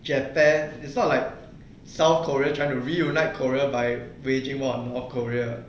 japan is not like south korea trying to reunite korea by waging war on north korea